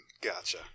Gotcha